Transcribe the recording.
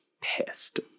pissed